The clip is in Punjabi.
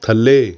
ਥੱਲੇ